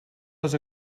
les